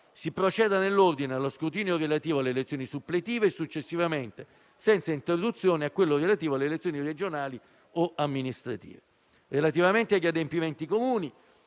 si proceda, nell'ordine, allo scrutinio relativo alle elezioni suppletive e successivamente, senza interruzione, a quello relativo alle elezioni regionali o amministrative. Relativamente agli adempimenti comuni,